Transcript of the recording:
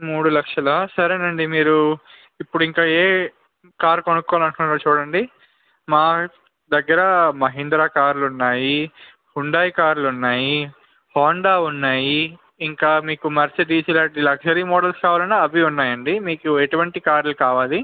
మూడు లక్షలా సరేనండి మీరు ఇప్పుడు ఇంకా ఏ కారు కొనుక్కోవాలి అనుకుంటున్నారో చూడండి మా దగ్గర మహేంద్ర కార్లు ఉన్నాయి హుండాయ్ కార్లు ఉన్నాయి హోండా ఉన్నాయి ఇంకా మీకు మంచి మర్సిడీస్ లాంటి లగ్జరీస్ మోడల్స్ కావాలన్నా కూడా అవి ఉన్నాయి అండి మీకు ఎటువంటి కార్లు కావాలి